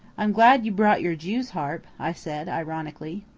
i'm glad you brought your jew's-harp, i said ironically.